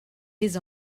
les